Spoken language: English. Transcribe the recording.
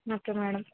okay madam